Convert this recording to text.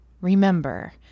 Remember